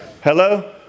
Hello